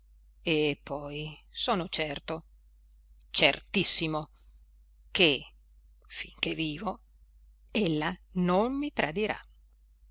e poi sono certo certissimo che finché vivo ella non mi tradirà